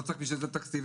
לא צריך בשביל זה תקציבים,